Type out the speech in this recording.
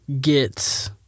get